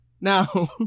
Now